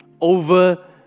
over